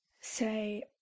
say